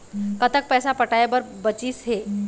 कतक पैसा पटाए बर बचीस हे?